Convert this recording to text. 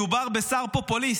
מדובר בשר פופוליסט.